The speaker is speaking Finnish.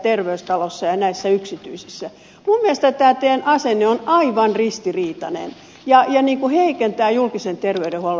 minun mielestäni tämä teidän asenteenne on aivan ristiriitainen ja heikentää julkisen terveydenhuollon mahdollisuuksia